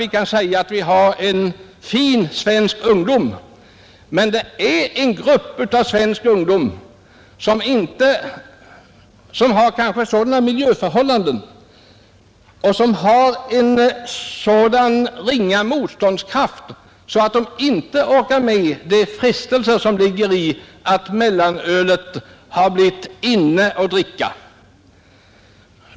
Vi kan nog påstå att vi har en fin svensk ungdom, men det finns en grupp svenska ungdomar som kanske har tråkiga miljöförhållanden och så ringa motståndskraft att de inte orkar med de frestelser som ligger i att det blivit ”inne” att dricka mellanöl.